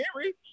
Henry